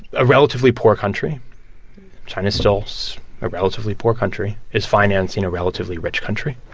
a relatively poor country china is still so a relatively poor country is financing a relatively rich country.